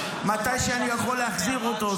מתי שאני יכול להחזיר אותו.